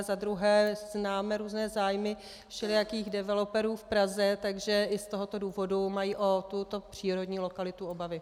A za druhé známe různé zájmy všelijakých developerů v Praze, takže i z tohoto důvodu mají o tuto přírodní lokalitu obavy.